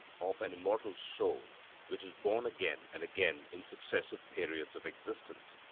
of an immortal soul which is born again and again in successive periods of existence,